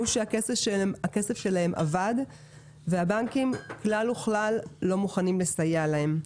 שהכסף שלהם אבד והבנקים כלל וכלל לא מוכנים לסייע להם.